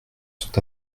sont